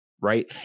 right